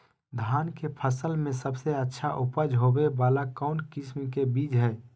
धान के फसल में सबसे अच्छा उपज होबे वाला कौन किस्म के बीज हय?